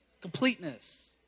Completeness